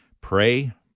pray